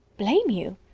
blame you!